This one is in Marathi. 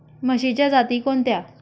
म्हशीच्या जाती कोणत्या?